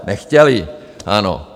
Nechtěli, ano.